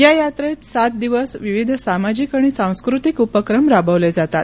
यायात्रेत सात दिवस विविध सामाजिक आणि सांस्कृतिक उपक्रम राबवले जातात